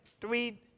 three